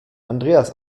andreas